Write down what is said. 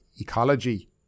ecology